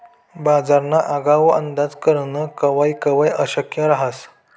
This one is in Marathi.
बजारना आगाऊ अंदाज करनं कवय कवय अशक्य रहास